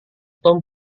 tom